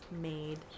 made